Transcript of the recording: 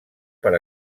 per